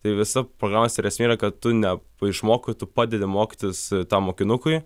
tai visa programos ir esmė yra kad tu ne išmokai tu padedi mokytis tam mokinukui